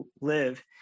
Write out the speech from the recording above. live